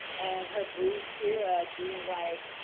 and her boo kira, doing like,